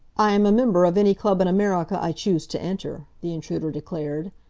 i am a member of any club in america i choose to enter, the intruder declared.